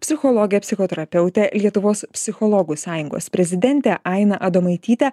psichologę psichoterapeutę lietuvos psichologų sąjungos prezidentę ainą adomaitytę